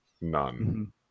none